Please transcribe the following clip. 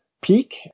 Peak